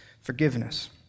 forgiveness